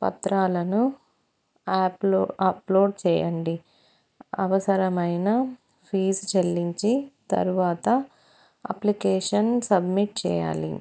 పత్రాలను యాప్లో అప్లోడ్ చేయండి అవసరమైన ఫీజు చెల్లించి తరువాత అప్లికేషన్ సబ్మిట్ చేయాలి